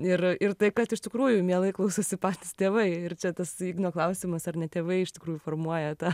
ir ir tai kad iš tikrųjų mielai klausosi patys tėvai ir čia tas igno klausimas ar ne tėvai iš tikrųjų formuoja tą